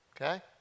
okay